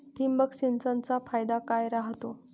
ठिबक सिंचनचा फायदा काय राह्यतो?